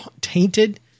tainted